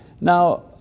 Now